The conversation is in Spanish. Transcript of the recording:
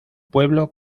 pueblo